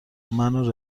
منو